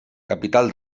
capital